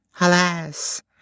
Alas